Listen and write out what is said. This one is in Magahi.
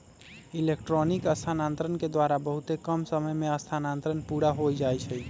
इलेक्ट्रॉनिक स्थानान्तरण के द्वारा बहुते कम समय में स्थानान्तरण पुरा हो जाइ छइ